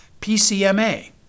PCMA